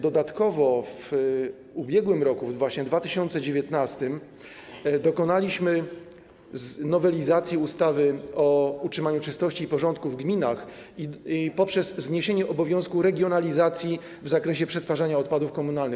Dodatkowo w ubiegłym roku, właśnie w roku 2019, dokonaliśmy nowelizacji ustawy o utrzymaniu czystości porządku w gminach i poprzez zniesienie obowiązku regionalizacji w zakresie przetwarzania odpadów komunalnych.